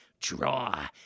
Draw